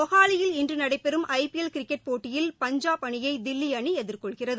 மொஹாலியில் இன்று நடைபெறும் I P L cricket போட்டியில் பஞ்சாப் லெவன் அணியை தில்லி அணி எதிர்கொள்கிறது